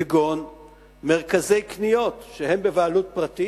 כגון מרכזי קניות שהם בבעלות פרטית,